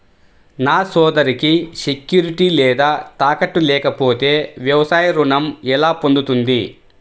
నా సోదరికి సెక్యూరిటీ లేదా తాకట్టు లేకపోతే వ్యవసాయ రుణం ఎలా పొందుతుంది?